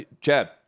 Chad